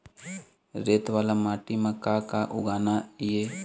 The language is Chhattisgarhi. रेत वाला माटी म का का उगाना ये?